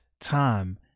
time